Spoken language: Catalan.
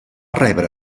rebre